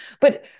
But-